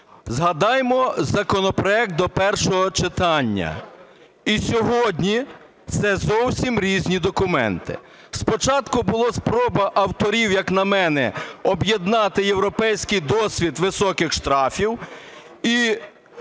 згадаймо законопроект до першого читання і сьогодні – це зовсім різні документи. Спочатку була спроба авторів, як на мене, об'єднати європейський досвід високих штрафів